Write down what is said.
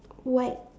white